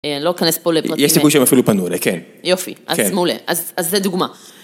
אני לא אכנס פה לפרטים... יש סיכוי שהם אפילו פנו אלי, כן. יופי, אז מעולה, אז זה דוגמה.